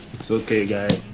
it's okay, guy.